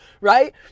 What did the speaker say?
right